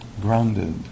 grounded